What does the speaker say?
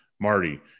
Marty